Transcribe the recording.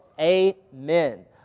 Amen